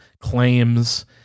claims